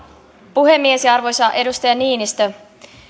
puhemies arvoisa edustaja niinistö